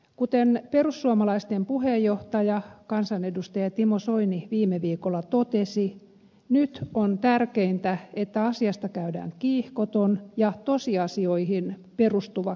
kuten perussuomalaisten puheenjohtaja kansanedustaja timo soini viime viikolla totesi nyt on tärkeintä että asiasta käydään kiihkoton ja tosiasioihin perustuva keskustelu